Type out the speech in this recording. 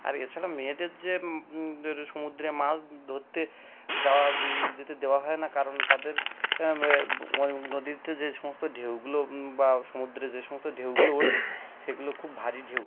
আর এছাড়া মেয়েদের যে মেয়েদের সমুদ্রে মাছ ধরতে যাওয়া যেতে দেওয়া হয় না কারণ তাদের ওই নদীতে যে সমস্ত ঢেউগুলো বা সমুদ্রে যে সমস্ত ঢেউগুলো ওঠে সেগুলো খুব ভারি ঢেউ